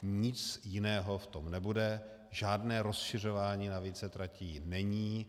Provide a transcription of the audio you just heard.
Nic jiného v tom nebude, žádné rozšiřování na více tratí není.